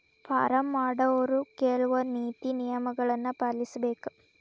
farm ಮಾಡೊವ್ರು ಕೆಲ್ವ ನೇತಿ ನಿಯಮಗಳನ್ನು ಪಾಲಿಸಬೇಕ